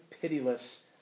pitiless